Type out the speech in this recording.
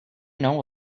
know